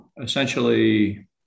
essentially